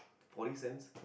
forty cents